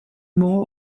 more